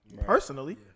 personally